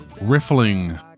riffling